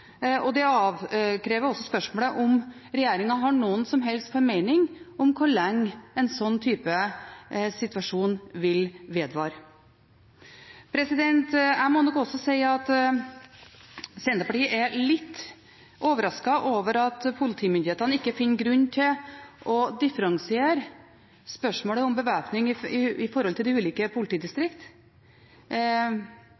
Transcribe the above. og det avkrever også spørsmålet om regjeringen har noen som helst formening om hvor lenge en slik situasjon vil vedvare. Jeg må nok også si at Senterpartiet er litt overrasket over at politimyndighetene ikke finner grunn til å differensiere spørsmålet om bevæpning for de ulike politidistrikt.